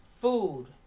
food